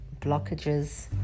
blockages